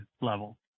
level